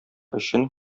өчен